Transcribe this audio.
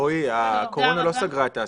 רועי, הקורונה לא סגרה את העסקים,